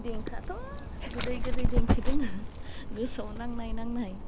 देंखोआथ' गोदै गोदै देंखो दोङो गोसोआव नांनाय नांनाय